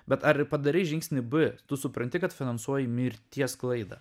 bet ar padarei žingsnį b tu supranti kad finansuoji mirties sklaidą